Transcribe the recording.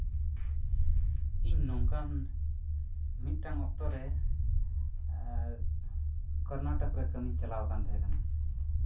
ᱤᱧ ᱱᱚᱝᱠᱟᱱ ᱢᱤᱫᱴᱟᱱ ᱚᱠᱛᱚᱨᱮ ᱠᱚᱨᱱᱟᱴᱚᱠ ᱨᱮ ᱠᱟᱹᱢᱤᱧ ᱪᱟᱞᱟᱣ ᱟᱠᱟᱱ ᱛᱟᱦᱮᱸ ᱠᱟᱱᱟ